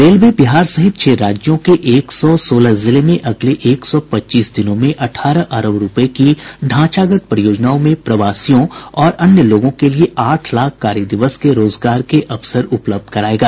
railway Bihar सहित छह राज्यों के एक सौ सोलह जिले में अगले एक सौ पच्चीस दिनों में अठारह अरब रुपये की ढांचागत परियोजनाओं में प्रवासियों और अन्य लोगों के लिए आठ लाख कार्य दिवस के रोजगार के अवसर उपलब्ध कराएगा